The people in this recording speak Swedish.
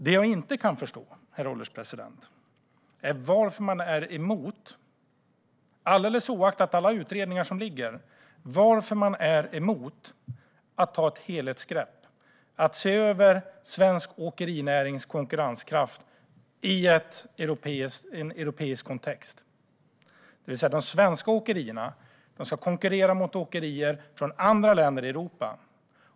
Det jag inte kan förstå, herr ålderspresident, är varför man är emot att alldeles oavsett alla utredningar som ligger ta ett helhetsgrepp och se över svensk åkerinärings konkurrenskraft i en europeisk kontext. De svenska åkerierna ska konkurrera mot åkerier från andra länder i Europa.